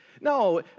No